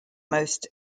most